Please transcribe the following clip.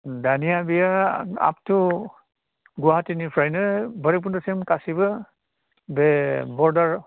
दानिया बेयो आफथु गुवाहाटीनिफ्रायनो भैरबखुन्दसिम गासिबो बे बरदार